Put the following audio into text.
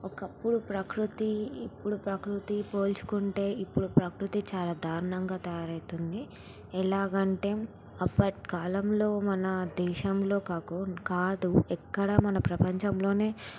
ఒకప్పుడు ప్రకృతి ఇప్పుడు ప్రకృతి పోల్చుకుంటే ఇప్పుడు ప్రకృతి చాలా దారుణంగా తయారవుతుంది ఎలాగంటే అప్పటి కాలంలో మన దేశంలో కాకో కాదు ఎక్కడా మన ప్రపంచంలోనే